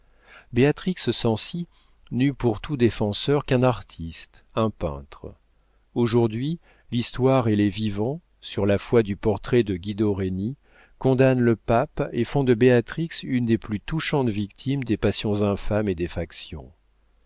béatrix cenci n'eut pour tout défenseur qu'un artiste un peintre aujourd'hui l'histoire et les vivants sur la foi du portrait de guido reni condamnent le pape et font de béatrix une des plus touchantes victimes des passions infâmes et des factions